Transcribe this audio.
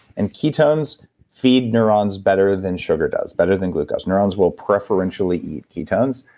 and ketones feed neurons better than sugar does, better than glucose neurons will preferentially eat ketones.